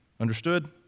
Understood